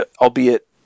albeit